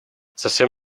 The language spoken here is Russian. совсем